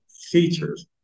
features